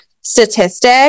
statistic